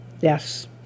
yes